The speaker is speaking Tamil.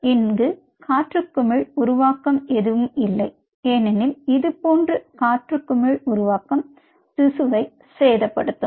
இங்கு காற்று குமிழ் உருவாக்கம் எதுவும் இல்லை ஏனெனில் இதுபோன்ற காற்று குமிழ் உருவாக்கம் திசுவை சேதப்படுத்தும்